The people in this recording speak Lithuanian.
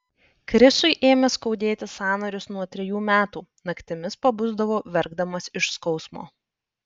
krisui ėmė skaudėti sąnarius nuo trejų metų naktimis pabusdavo verkdamas iš skausmo